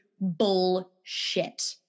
bullshit